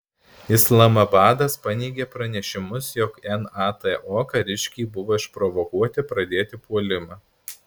islamabadas paneigė pranešimus jog nato kariškiai buvo išprovokuoti pradėti puolimą